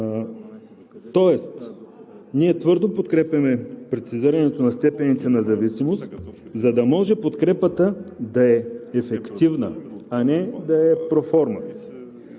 Тоест, ние твърдо подкрепяме прецизирането на степените на зависимост, за да може подкрепата да е ефективна, а не да е проформа